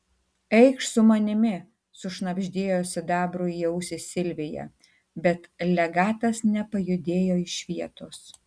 eikš su manimi sušnabždėjo sidabrui į ausį silvija bet legatas nepajudėjo iš vietos